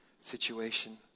situation